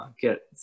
get